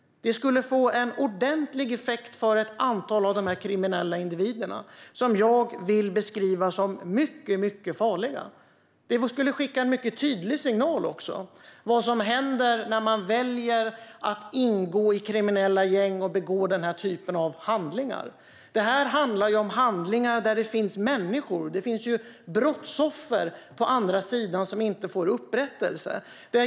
Det skulle få en ordentlig effekt för ett antal av de här kriminella individerna, som jag vill beskriva som mycket, mycket farliga. Det skulle även skicka en mycket tydlig signal om vad som händer när man väljer att ingå i kriminella gäng och begå den här typen av handlingar. Det här är ju handlingar med brottsoffer på andra sidan som inte får upprättelse.